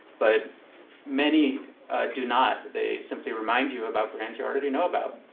but many do not. they simply remind you about brands you already know about.